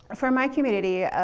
ah for my community,